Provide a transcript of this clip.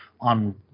on